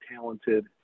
talented